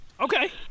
okay